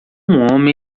homem